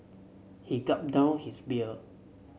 he gulped down his beer